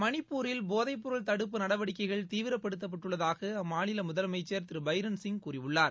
மணிப்பூரில் போதைப்பொருள் தடுப்பு நடவடிக்கைகள் தீவிரப்படுத்தப்பட்டுள்ளதாக அம்மாநில முதலமைச்சர் திரு பைரன் சிங் கூறியுள்ளார்